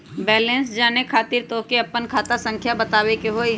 Balance जाने खातिर तोह के आपन खाता संख्या बतावे के होइ?